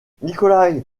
nikolaï